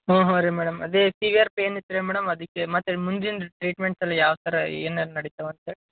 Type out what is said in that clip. ಹಾಂ ಹಾಂ ರೀ ಮೇಡಮ್ ಅದೆ ಸೀವಿಯರ್ ಪೇನ್ ಇತ್ತು ರೀ ಮೇಡಮ್ ಅದಕ್ಕೆ ಮತ್ತು ಮುಂದಿನ ಟ್ರೀಟ್ಮೆಂಟೆಲ್ಲ ಯಾವ ಥರ ಏನೇನು ನಡಿತಾವೆ ಅಂತ್ಹೇಳಿ